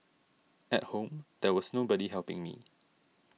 at home there was nobody helping me